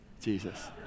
Jesus